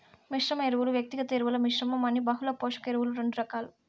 మిశ్రమ ఎరువులు, వ్యక్తిగత ఎరువుల మిశ్రమం అని బహుళ పోషక ఎరువులు రెండు రకాలు